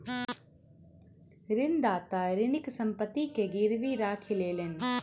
ऋणदाता ऋणीक संपत्ति के गीरवी राखी लेलैन